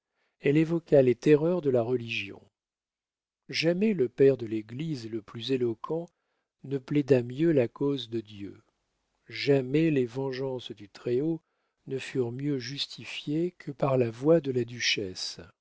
elle évoqua les terreurs de la religion jamais le père de l'église le plus éloquent ne plaida mieux la cause de dieu jamais les vengeances du très-haut ne furent mieux justifiées que par la voix de la duchesse